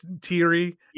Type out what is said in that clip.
Teary